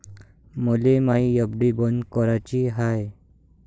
मले मायी एफ.डी बंद कराची हाय